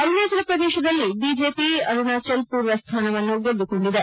ಅರುಣಾಚಲಪ್ರದೇಶದಲ್ಲಿ BJP Arunachal ಪೂರ್ವ ಸ್ಥಾನವನ್ನು ಗೆದ್ದುಕೊಂಡಿದೆ